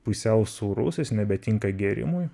pusiau sūrus jis nebetinka gėrimui